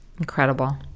Incredible